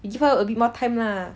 you give her a bit more time lah